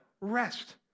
rest